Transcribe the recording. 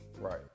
Right